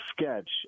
sketch